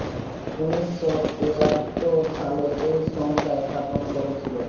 উনিশ শ তেয়াত্তর সালে এই সংস্থা স্থাপন করেছিল